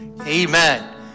Amen